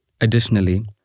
Additionally